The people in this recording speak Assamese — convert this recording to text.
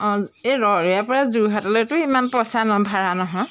অঁ এই ৰৰৈয়াপৰা যোৰহাটলৈতো ইমান পইচা ভাড়া নহয়